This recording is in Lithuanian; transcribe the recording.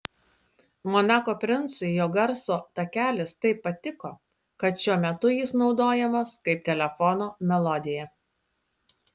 monako princui jo garso takelis taip patiko kad šiuo metu jis naudojamas kaip telefono melodija